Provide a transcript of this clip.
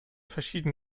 verschieden